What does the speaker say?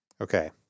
Okay